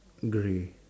grey